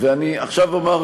ואני עכשיו אומַר,